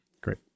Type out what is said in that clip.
Great